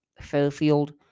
Fairfield